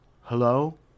Hello